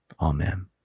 Amen